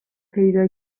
پیدا